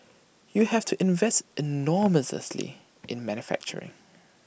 you have to invest enormously in manufacturing